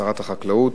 שרת החקלאות,